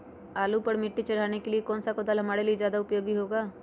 आलू पर मिट्टी चढ़ाने के लिए कौन सा कुदाल हमारे लिए ज्यादा उपयोगी होगा?